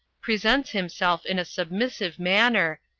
presents himself in a submissive manner,